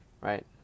right